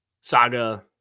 saga